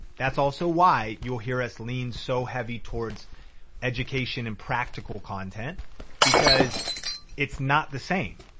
that's also why you'll hear us lean so heavy towards education and practical content because it's not the same.